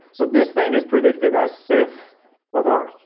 so this thing is predicted as if forward,